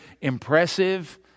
impressive